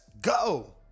go